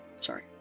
Sorry